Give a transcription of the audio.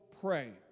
pray